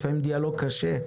לפעמים קשה,